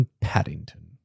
Paddington